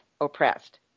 oppressed